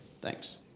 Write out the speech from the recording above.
Thanks